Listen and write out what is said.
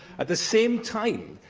at the same time,